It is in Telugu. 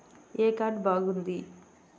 ఏ కార్డు బాగుంది?